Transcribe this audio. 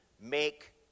make